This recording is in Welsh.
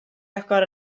agor